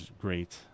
great